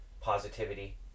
positivity